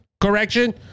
correction